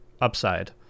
upside